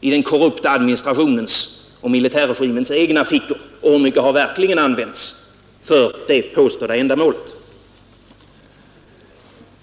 i den korrupta administrationens och militärregimens egna fickor och hur mycket har verkligen använts för dét påstådda ändamålet?